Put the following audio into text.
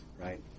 Right